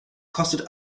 kostet